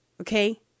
Okay